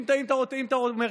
אם אתה אומר שכן,